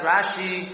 Rashi